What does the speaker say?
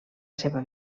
seva